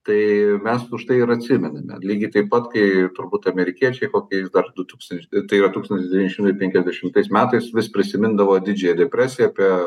tai mes už tai ir atsimename lygiai taip pat kai turbūt amerikiečiai kokiais dar du tūkstančiai tai yra tūkstantis devyni šimtai penkiasdešimtais metais vis prisimindavo didžiąją depresiją apie